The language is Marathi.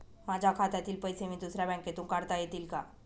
माझ्या खात्यातील पैसे मी दुसऱ्या बँकेतून काढता येतील का?